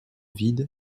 vide